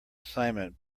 assignment